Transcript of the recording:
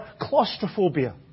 claustrophobia